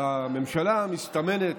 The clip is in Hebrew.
שהממשלה המסתמנת